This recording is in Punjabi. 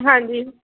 ਹਾਂਜੀ